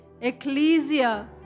ecclesia